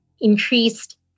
increased